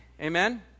amen